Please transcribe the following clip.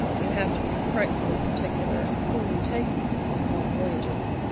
you have to be frightfully particular whom you take with you on long voyages.